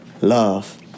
love